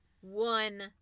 one